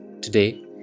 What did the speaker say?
Today